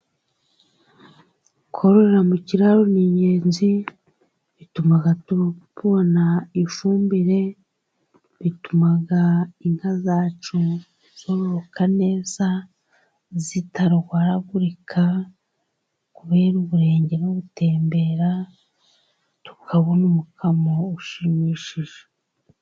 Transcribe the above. Kororera mu kiraro ni ingenzi, bituma tubona ifumbire, bituma inka zacu zororoka neza zitarwaragurika kubera uburenge no gutembera. Tukabona umukamo ushimishije.